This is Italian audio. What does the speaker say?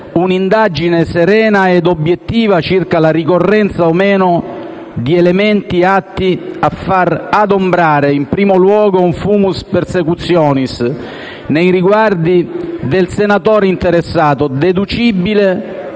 un'indagine serena e obiettiva circa la ricorrenza o no di elementi atti a far adombrare, in primo luogo, un *fumus persecutionis* nei riguardi del senatore interessato, deducibile